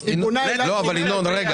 אני אגיד --- ינון, רגע.